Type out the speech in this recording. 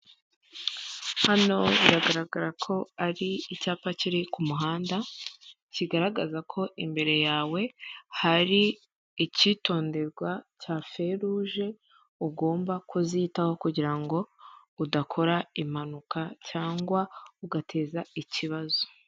Hano biragaragara ko ari icyapa kiri ku muhanda, kigaragaza ko imbere yawe hari icyitonderwa cya feruje, ugomba kuzitaho kugira ngo udakora impanuka, cyangwa ugateza ikibazo.